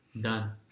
done